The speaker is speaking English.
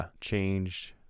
Changed